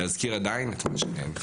להזכיר עדיין את מה שאין.